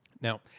Now